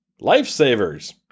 Lifesavers